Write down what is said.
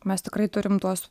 mes tikrai turim tuos